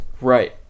Right